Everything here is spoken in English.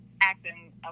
acting